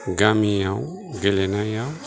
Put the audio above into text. गामियाव गेलेनायाव